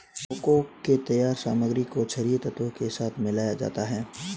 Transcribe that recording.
cocoa के तैयार सामग्री को छरिये तत्व के साथ मिलाया जाता है